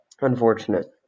Unfortunate